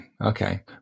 okay